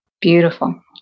Beautiful